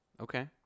okay